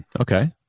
Okay